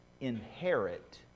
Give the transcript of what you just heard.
inherit